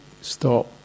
stop